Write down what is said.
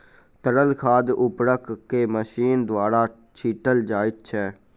तरल खाद उर्वरक के मशीन द्वारा छीटल जाइत छै